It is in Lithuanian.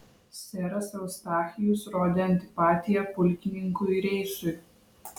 seras eustachijus rodė antipatiją pulkininkui reisui